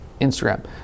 Instagram